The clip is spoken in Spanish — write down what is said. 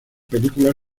película